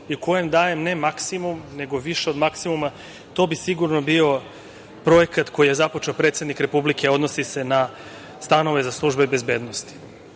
u kojem dajem ne maksimum, nego više od maksimuma, to bi sigurno bio projekat koji je započeo predsednik Republike, a odnosi se na stanove za pripadnike službe bezbednosti. Ne